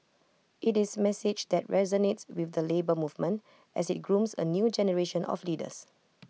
IT is message that resonates with the Labour Movement as IT grooms A new generation of leaders